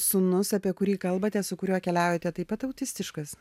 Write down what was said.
sūnus apie kurį kalbate su kuriuo keliaujate taip pat autistiškas